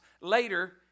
later